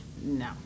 No